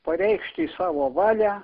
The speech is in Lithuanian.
pareikšti savo valią